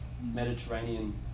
Mediterranean